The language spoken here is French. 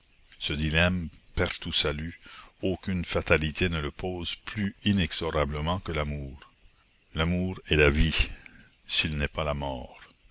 dilemme perte ou salut aucune fatalité ne le pose plus inexorablement que l'amour l'amour est la vie s'il n'est pas la mort